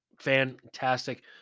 Fantastic